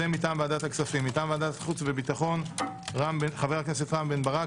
מטעם ועדת חוץ וביטחון: חברי הכנסת רם בן ברק,